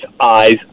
eyes